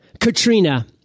Katrina